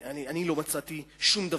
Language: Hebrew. אני לא מצאתי שום דבר.